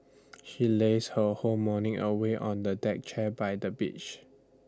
she lazed her whole morning away on A deck chair by the beach